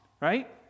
right